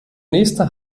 nächster